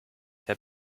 fait